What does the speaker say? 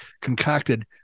concocted